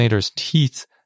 teeth